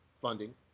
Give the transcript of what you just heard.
funding